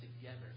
together